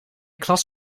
klas